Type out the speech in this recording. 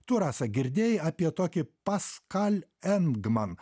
tu rasa girdėjai apie tokį paskal engman